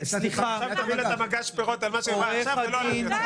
עכשיו תביא לה את מגש הפירות על מה שהיא אמרה עכשיו ולא על אביתר.